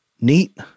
Neat